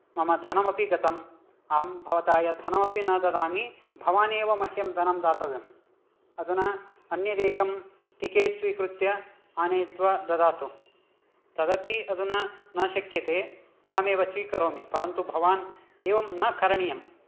मम धनमपि गतम् अहं भवता यद्धनमपि न ददामि भवान् एव मह्यं धनं दातव्यम् अधुना अन्यदेकं टिकेट् स्वीकृत्य आनयित्वा ददातु तदपि अधुना न शक्यते अहमेव स्वीकरोमि परन्तु भवान् एवं न करणीयं